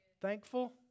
Thankful